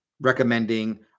Recommending